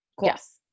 Yes